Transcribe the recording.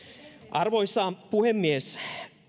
arvoisa puhemies